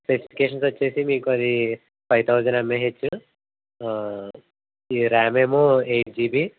specifications వచ్చేసి మీకదీ five thousand mAh ఈ ర్యామ్ ఏమో ఎయిట్ జీబి